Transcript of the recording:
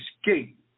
escape